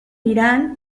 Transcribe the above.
irán